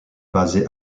basé